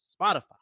spotify